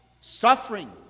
suffering